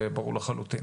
זה ברור לחלוטין.